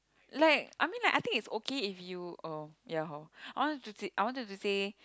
like I mean like I think it's okay if you uh ya hor I wanted to I wanted to say